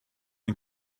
ein